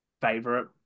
favorite